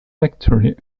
factory